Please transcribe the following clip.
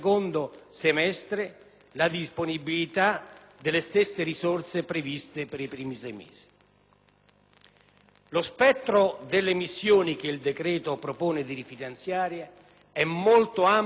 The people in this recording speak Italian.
Lo spettro delle missioni che il decreto propone di rifinanziare è molto ampio e differenziato. Peraltro, in termini di consistenza e soprattutto di complessità,